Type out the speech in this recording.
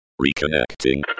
Reconnecting